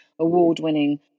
award-winning